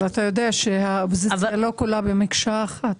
אבל אתה יודע שזה לא כולם במקשה אחת.